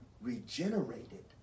regenerated